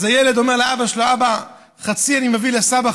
אז הילד אומר לאבא שלו: חצי אני מביא לסבא,